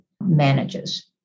manages